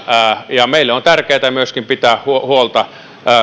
ja meille on myöskin tärkeätä pitää huolta